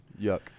Yuck